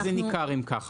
מה זה ניכר אם ככה?